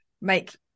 make